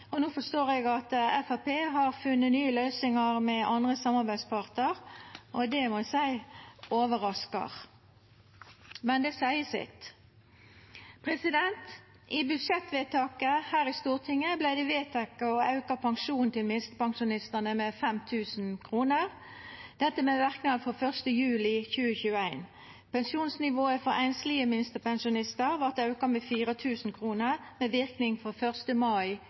No forstår eg at Framstegspartiet har funne nye løysingar med andre samarbeidspartar. Det må eg seia overraskar, men det seier sitt. I budsjettvedtaket her i Stortinget vart det vedteke å auka pensjonen til minstepensjonistane med 5 000 kr, dette med verknad frå 1. juli 2021. Pensjonsnivået for einslege minstepensjonistar vart auka med 4 000 kr med verknad frå 1. mai